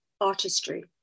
artistry